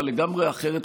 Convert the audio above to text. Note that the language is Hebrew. אבל לגמרי אחרת,